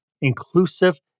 inclusive